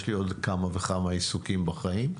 יש לי עוד כמה וכמה עיסוקים בחיים.